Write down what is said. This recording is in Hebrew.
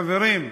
חברים,